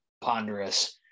ponderous